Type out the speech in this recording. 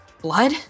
Blood